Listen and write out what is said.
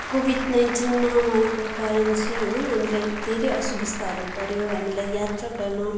covid nineteen महामारीको कारण चाहिँ होइन हामीलाई धेरै असुबिस्ताहरू पऱ्यो हामीलाई यात्रा गर्न